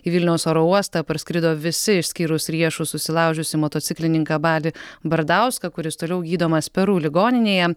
į vilniaus oro uostą parskrido visi išskyrus riešus susilaužiusį motociklininką balį bardauską kuris toliau gydomas peru ligoninėje